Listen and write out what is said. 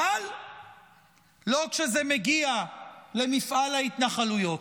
אבל לא כשזה מגיע למפעל ההתנחלויות,